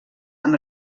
amb